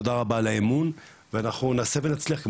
תודה רבה על האמון ואנחנו נעשה ונצליח.